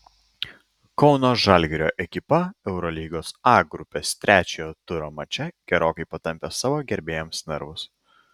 kauno žalgirio ekipa eurolygos a grupės trečiojo turo mače gerokai patampė savo gerbėjams nervus